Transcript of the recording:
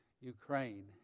Ukraine